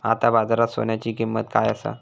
आता बाजारात सोन्याची किंमत काय असा?